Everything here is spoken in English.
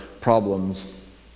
problems